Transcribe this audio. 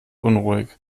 unruhig